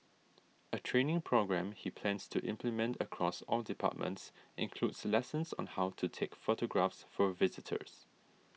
a training programme he plans to implement across all departments includes lessons on how to take photographs for visitors